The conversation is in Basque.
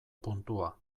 puntua